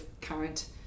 current